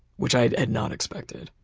which i had not expected.